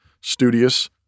studious